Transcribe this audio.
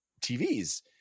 TVs